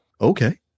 okay